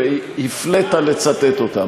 והפלאת לצטט אותם.